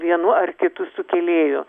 vienu ar kitu sukėlėju